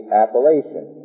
appellation